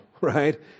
right